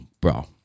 bro